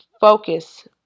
focus